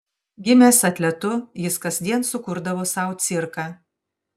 gimęs atletu jis kasdien sukurdavo sau cirką